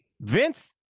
Vince